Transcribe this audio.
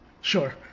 Sure